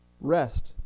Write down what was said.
Rest